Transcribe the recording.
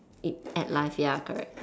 eh at life ya correct